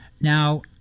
now